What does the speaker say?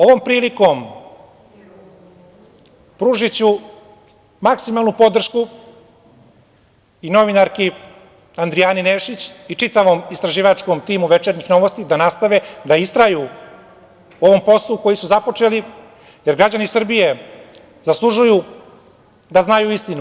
Ovom prilikom pružiću maksimalnu podršku novinarki Andrijani Nešić i čitavom istraživačkom timu „Večernjih Novosti“, da nastave da istraju u ovom poslu koji su započeli, jer građani Srbije zaslužuju da znaju istinu.